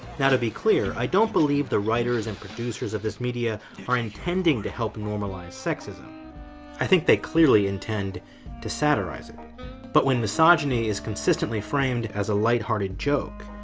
now, to be clear, i don't believe the writers and producers of this media are intending to help normalize sexism i think they clearly intend to satirize it but when misogyny is consistently framed as a light-hearted joke,